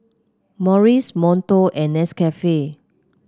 Morries Monto and Nescafe